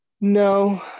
no